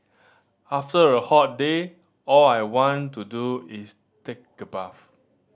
after a hot day all I want to do is take a bath